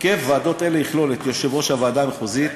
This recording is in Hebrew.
הרכב ועדות אלה יכלול את יושב-ראש הוועדה המחוזית,